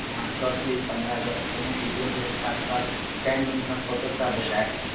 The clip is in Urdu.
ہاں ٹوٹلی پندرہ ہزار روپئے میں بیڈیو ووڈیو کے ساتھ سب ٹینٹ وینٹ کا فوٹو سب ہو جائے گا